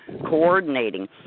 coordinating